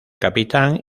capitán